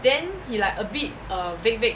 then he like a bit err vague vague